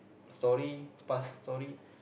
story past story